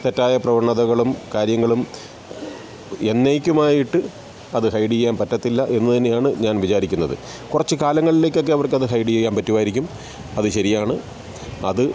തെറ്റായ പ്രവണതകളും കാര്യങ്ങളും എന്നേക്കുമായിട്ട് അത് ഹൈഡ് ചെയ്യാൻ പറ്റത്തില്ല എന്നുതന്നെയാണ് ഞാൻ വിചാരിക്കുന്നത് കുറച്ച് കാലങ്ങളിലേക്കൊക്കെ അവർക്കത് ഹൈഡ് ചെയ്യാൻ പറ്റുമായിരിക്കും അത് ശരിയാണ് അത്